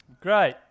great